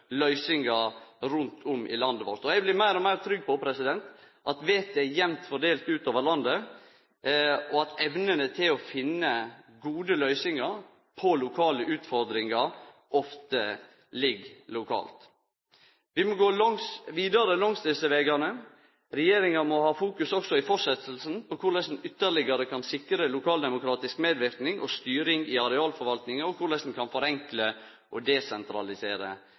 løysingar rundt om i landet vårt. Eg blir meir og meir trygg på at vettet er jamt fordelt ut over landet, og at evnene til å finne gode løysingar på lokale utfordringar ofte ligg lokalt. Vi må gå vidare langs desse vegane. Regjeringa må ha fokus også i vidareføringa på korleis ein ytterlegare kan sikre lokaldemokratisk medverknad og styring i arealforvaltinga, og korleis ein kan forenkle og desentralisere